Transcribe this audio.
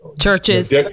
Churches